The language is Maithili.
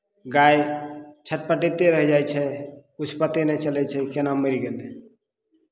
गाय छटपटाइते रहि जाइ छै किछु पते नहि चलै छै ओ केना मरि गेलै